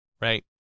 right